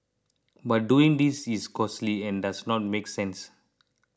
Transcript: but doing this is costly and does not make sense